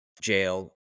jail